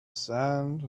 sand